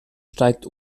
steigt